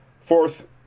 Fourth